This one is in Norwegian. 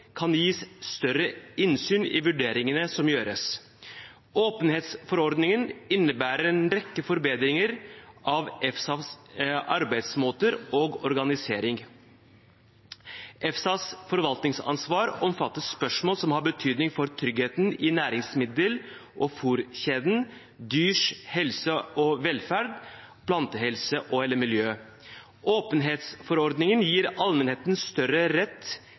kan gis større innsyn i vurderingene som gjøres. Åpenhetsforordningen innebærer en rekke forbedringer av EFSAs arbeidsmåter og organisering. EFSAs forvaltningsansvar omfatter spørsmål som har betydning for tryggheten i næringsmiddel- og fôrkjeden, dyrs helse og velferd, plantehelse og/eller miljø. Åpenhetsforordningen gir allmennheten større rett